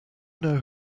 know